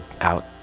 out